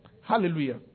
Hallelujah